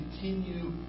continue